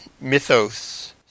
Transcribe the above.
mythos